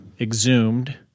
exhumed